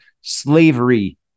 slavery